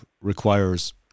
requires